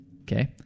Okay